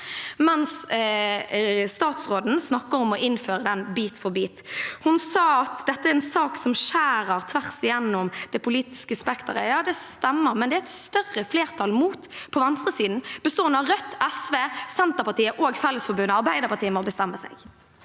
statsråden snakker om å innføre den bit for bit. Hun sa at dette er en sak som skjærer tvers igjennom det politiske spekteret. Ja, det stemmer, men det er et større flertall mot på venstresiden, bestående av Rødt, SV, Senterpartiet og Fellesforbundet. Arbeiderpartiet må bestemme seg.